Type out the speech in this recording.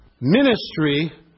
ministry